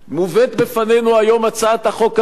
מובאת בפנינו היום הצעת החוק הזאת,